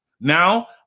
Now